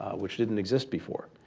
which didn't exist before.